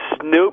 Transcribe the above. Snoop